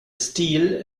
stil